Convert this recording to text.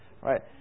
right